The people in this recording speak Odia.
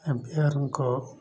ଏମ୍ପିଆରଙ୍କ